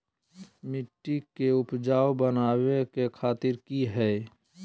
मिट्टी के उपजाऊ बनबे के तरिका की हेय?